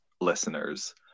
listeners